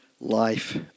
life